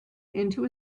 into